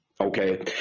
Okay